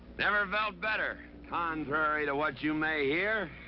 never felt better, contrary to what you may hear.